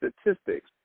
statistics